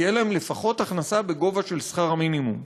תהיה להם לפחות הכנסה בגובה של שכר המינימום.